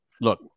Look